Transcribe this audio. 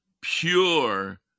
pure